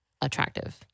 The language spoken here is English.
attractive